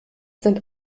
sind